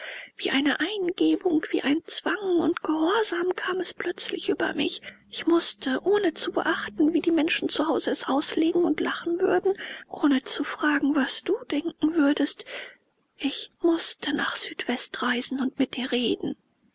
wie eine eingebung wie ein zwang und gehorsam kam es plötzlich über mich ich mußte ohne zu beachten wie die menschen zu hause es auslegen und lachen würden ohne zu fragen was du denken würdest ich mußte nach südwest reisen und mit dir reden